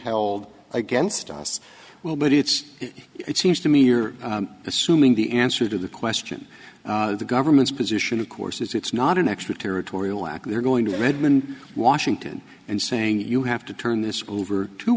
held against us well but it's it seems to me you're assuming the answer to the question of the government's position of course is it's not an extraterritorial act they're going to redmond washington and saying you have to turn this over to